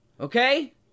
Okay